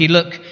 look